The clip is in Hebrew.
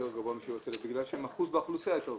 גבוה אלא משום שהם אחוז יותר גבוה באוכלוסייה.